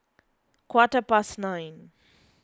quarter past nine